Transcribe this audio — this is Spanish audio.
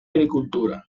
agricultura